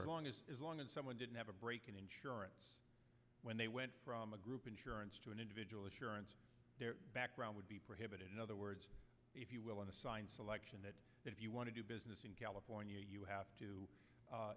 issue as long as someone didn't have a break in insurance when they went from a group insurance to an individual insurance their background would be prohibited in other words if you will in a signed selection that if you want to do business in california you have to